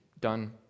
Done